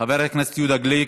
חבר הכנסת יהודה גליק,